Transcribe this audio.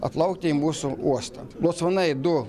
atplaukti į mūsų uostą bocmanai du